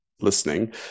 listening